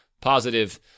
positive